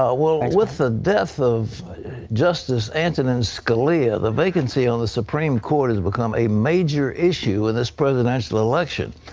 ah with with the death of justice antonin scalia, the vacancy on the supreme court has become a major issue in this presidential election.